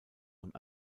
und